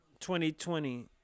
2020